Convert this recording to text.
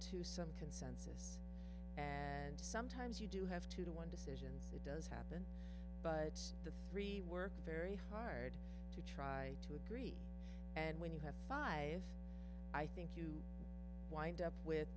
to some consent and sometimes you do have to do one decisions it does happen but the three work very hard to try to agree and when you have five i think you wind up with